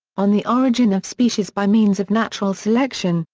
on the origin of species by means of natural selection,